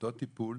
אותו טיפול